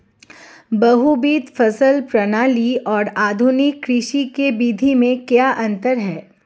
बहुविध फसल प्रणाली और आधुनिक कृषि की विधि में क्या अंतर है?